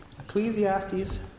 Ecclesiastes